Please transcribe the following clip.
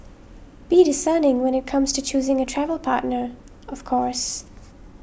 be discerning when it comes to choosing a travel partner of course